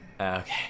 Okay